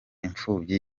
impfubyi